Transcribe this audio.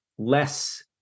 less